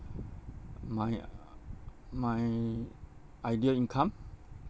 my uh my ideal income